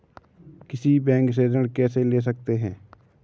किसी बैंक से ऋण कैसे ले सकते हैं?